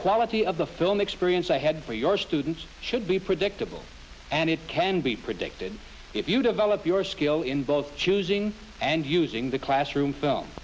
quality of the film experience i had for your students should be predictable and it can be predicted if you develop your skill in both choosing and using the classroom